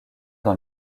dans